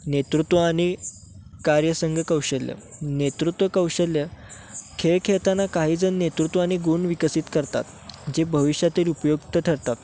नेतृत्व आणि कार्यसंग कौशल्य नेतृत्व कौशल्य खेळ खेळताना काहीजण नेतृत्व आणि गुण विकसित करतात जे भविष्यातील उपयुक्त ठरतात